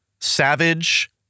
savage